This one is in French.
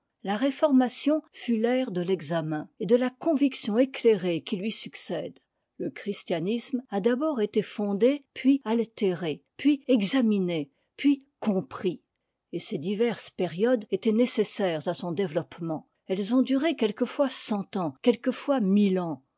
la réformation fut l'ère de l'examen et de la conviction éclairée qui lui succède le christianisme a d'abord été fondé puis altéré puis examiné puis compris et ces diverses périodes étaient nécessaires à son développement elles ont duré quelquefois cent ans quelquefois mille ans